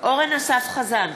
אורן אסף חזן,